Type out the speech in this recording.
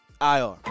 IR